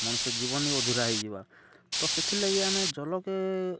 ମଣିଷ ଜୀବନ ଅଧୁରା ହେଇଯିବା ତ ସେଥିର୍ ଲାଗି ଆମେ ଜଳକେ